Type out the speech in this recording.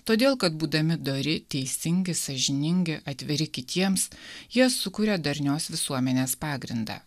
todėl kad būdami dori teisingi sąžiningi atviri kitiems jie sukuria darnios visuomenės pagrindą